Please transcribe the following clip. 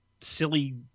silly